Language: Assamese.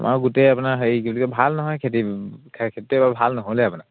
আমাৰ গোটেই আপোনাৰ হেৰি কি বুলি কয় ভাল নহয় খেতি খেতিটো এইবাৰ ভাল নহ'লে আপোনাৰ